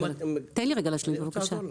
תן לי רגע להשלים, בבקשה.